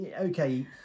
okay